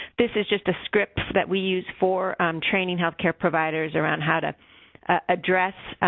this is just a script that we use for training health care providers around how to address,